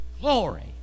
Glory